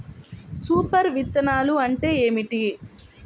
Super విత్తనాలు అంటే ఏమిటి?